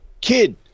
Kid